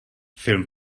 film